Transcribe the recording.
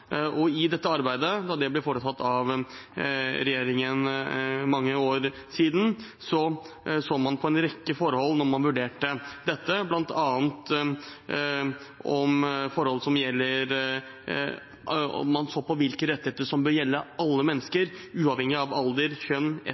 I dette arbeidet, da det ble foretatt av regjeringen for mange år siden, så man på en rekke forhold da man vurderte dette. Blant annet så man på hvilke rettigheter som bør gjelde alle mennesker uavhengig av alder, kjønn